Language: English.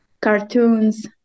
cartoons